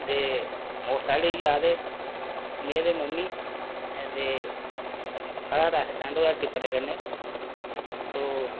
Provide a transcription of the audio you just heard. दे motorcycle लेइयै जा दे मेरे मम्मी ते साढ़ा ऐक्सीडेंट होएआ टिप्परै कन्नै तो